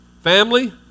Family